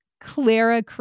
Clara